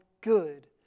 good